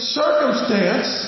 circumstance